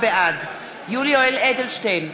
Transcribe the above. בעד יולי יואל אדלשטיין,